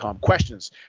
questions